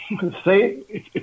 say